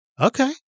Okay